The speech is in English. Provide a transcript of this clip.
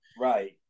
Right